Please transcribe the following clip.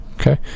Okay